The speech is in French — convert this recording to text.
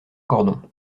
cordon